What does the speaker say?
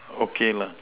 okay lah